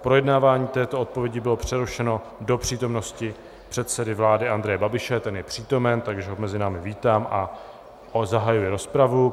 Projednávání této odpovědi bylo přerušeno do přítomnosti předsedy vlády Andreje Babiše, ten je přítomen, takže ho mezi námi vítám a zahajuji rozpravu.